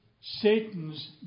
Satan's